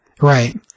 Right